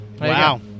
Wow